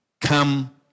come